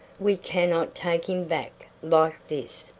we cannot take him back like this.